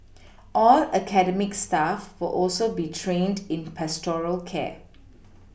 all academic staff will also be trained in pastoral care